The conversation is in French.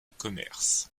commerce